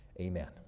Amen